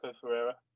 Ferreira